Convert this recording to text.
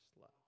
love